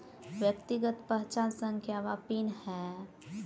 व्यक्तिगत पहचान संख्या वा पिन की है?